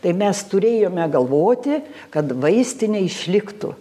tai mes turėjome galvoti kad vaistinė išliktų